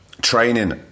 training